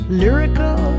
lyrical